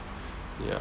ya